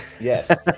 Yes